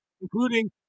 including